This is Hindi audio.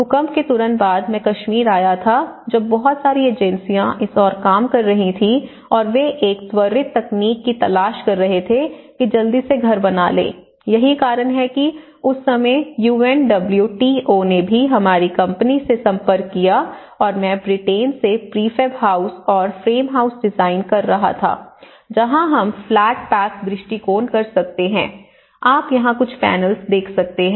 भूकंप के तुरंत बाद मैं कश्मीर आया था जब बहुत सारी एजेंसियां इस ओर काम कर रही थीं और वे एक त्वरित तकनीक की तलाश कर रहे थे कि जल्दी से घर बना लें यही कारण है कि उस समय U N W T O ने भी हमारी कंपनी से संपर्क किया और मैं ब्रिटेन से प्रीफैब हाउस और फ्रेम हाउस डिजाइन कर रहा था जहां हम फ्लैट पैक दृष्टिकोण कर सकते हैं आप यहां कुछ पैनल्स देख सकते हैं